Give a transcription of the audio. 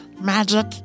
Magic